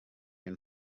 and